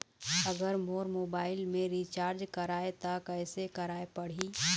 अगर मोर मोबाइल मे रिचार्ज कराए त कैसे कराए पड़ही?